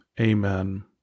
Amen